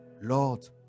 Lord